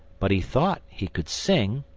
but he thought he could sing.